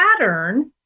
pattern